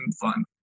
fun